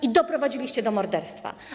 I doprowadziliście do morderstwa.